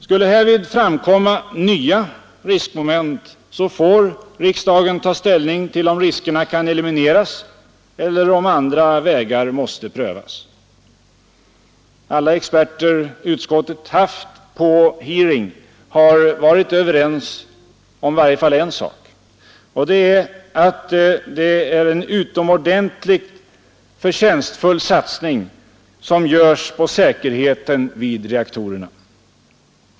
Skulle härvid framkomma nya riskmoment får riksdagen ta ställning till huruvida riskerna kan elimineras eller om andra vägar måste prövas. Alla experter som utskottet hört vid sina hearings har varit överens om en sak, nämligen att det är en utomordentligt förtjänstfull satsning som görs på säkerheten vid reaktorerna.